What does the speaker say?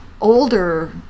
older